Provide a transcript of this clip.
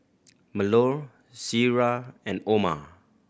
Melur Syirah and Omar